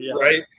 right